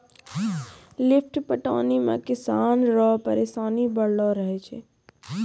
lift पटौनी मे किसान रो परिसानी बड़लो रहै छै